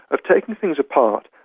of taking things apart,